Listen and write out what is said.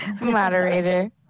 moderator